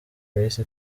yahise